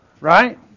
Right